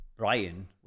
Brian